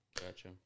Gotcha